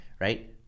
right